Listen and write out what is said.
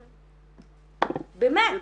באמת,